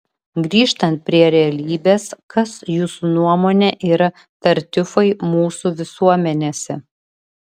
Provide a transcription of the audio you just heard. grįžtant prie realybės kas jūsų nuomone yra tartiufai mūsų visuomenėse